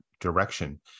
direction